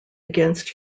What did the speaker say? against